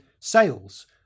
sales